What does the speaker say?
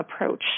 approach